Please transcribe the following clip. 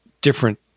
different